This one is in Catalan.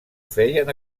feien